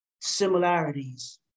similarities